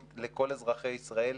יש לנו כלל זה זכות היוועצות,